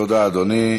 תודה, אדוני.